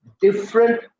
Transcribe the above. different